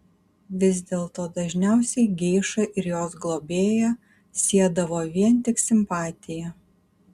vis dėlto dažniausiai geišą ir jos globėją siedavo vien tik simpatija